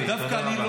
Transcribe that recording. די.